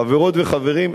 חברות וחברים,